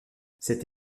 cette